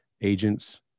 agents